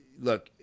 look